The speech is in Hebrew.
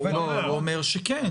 הוא אומר שכן.